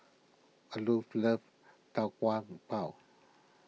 Olof loves Tau Kwa Pau